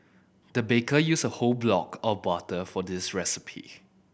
the baker used a whole block of butter for this recipe